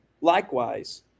likewise